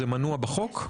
זה מנוע בחוק?